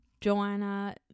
Joanna